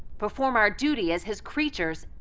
perform our duty as his creatures,